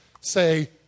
say